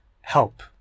help